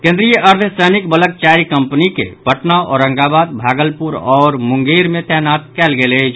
केन्द्रीय अर्द्व सैनिक बलक चारि कम्पनिक के पटना औरंगाबाद भागलपुर आओर मुंगेर मे तैनात कयल गेल अछि